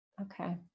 okay